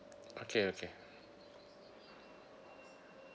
okay okay